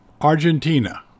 Argentina